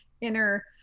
inner